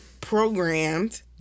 programmed